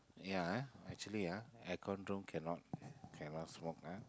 ya ah actually ah air con room cannot cannot smoke ah